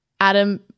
Adam